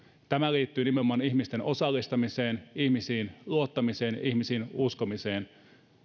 tämä liittyy nimenomaan ihmisten osallistamiseen ihmisiin luottamiseen ihmisiin uskomiseen